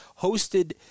hosted